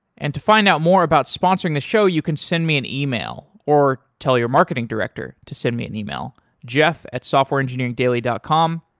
and to find out more about sponsoring the show, you can send me an yeah e-mail or tell your marketing director to send me an e-mail, jeff at softwareengineeringdaily dot com.